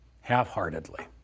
half-heartedly